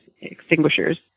extinguishers